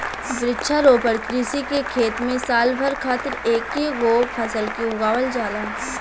वृक्षारोपण कृषि के खेत में साल भर खातिर एकेगो फसल के उगावल जाला